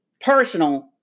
personal